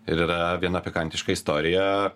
ir yra viena pikantiška istorija